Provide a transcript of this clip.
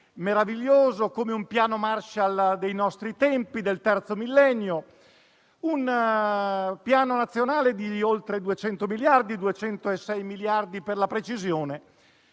meraviglioso, un piano Marshall dei nostri tempi, del terzo millennio; un Piano nazionale di oltre 200 miliardi di euro (206, per la precisione).